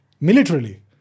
militarily